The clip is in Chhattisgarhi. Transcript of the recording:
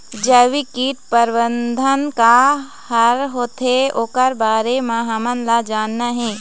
जैविक कीट प्रबंधन का हर होथे ओकर बारे मे हमन ला जानना हे?